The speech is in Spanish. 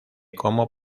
como